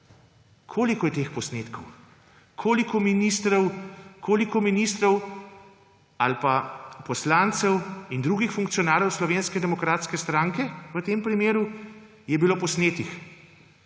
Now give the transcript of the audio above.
Koliko ministrov, koliko ministrov ali pa poslancev in drugih funkcionarjev Slovenske demokratske stranke v tem primeru je bilo posnetih?